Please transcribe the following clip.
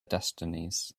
destinies